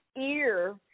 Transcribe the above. ear